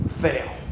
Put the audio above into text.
fail